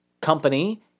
company